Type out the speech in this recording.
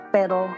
pero